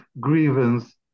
grievance